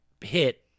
hit